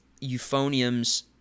euphoniums